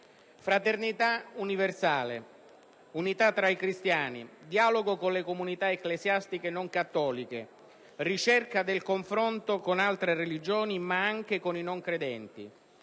Fraternità universale, unità tra i cristiani, dialogo con le comunità ecclesiastiche non cattoliche, ricerca del confronto con altre religioni ma anche con i non credenti: